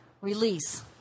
Release